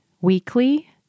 weekly